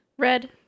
red